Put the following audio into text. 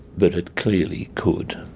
but it clearly could.